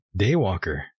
Daywalker